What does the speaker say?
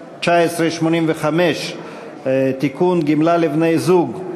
(תיקון, גמלה לבני-זוג),